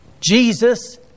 Jesus